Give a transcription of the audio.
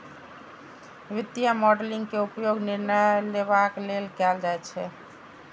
वित्तीय मॉडलिंग के उपयोग निर्णय लेबाक लेल कैल जाइ छै